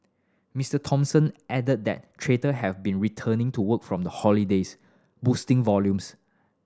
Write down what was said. Mister Thompson added that trader have been returning to work from the holidays boosting volumes